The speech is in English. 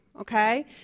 okay